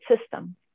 system